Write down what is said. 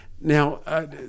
Now